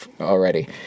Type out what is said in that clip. already